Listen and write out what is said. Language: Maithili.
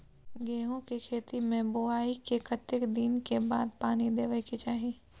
गेहूँ के खेती मे बुआई के कतेक दिन के बाद पानी देबै के चाही?